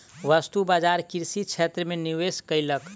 वस्तु बजार कृषि क्षेत्र में निवेश कयलक